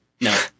No